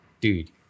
dude